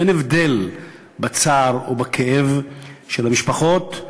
אין הבדל בצער או בכאב של המשפחות,